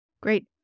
Great